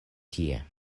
tie